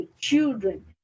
Children